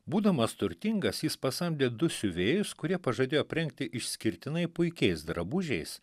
būdamas turtingas jis pasamdė du siuvėjus kurie pažadėjo aprengti išskirtinai puikiais drabužiais